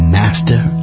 master